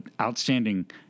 outstanding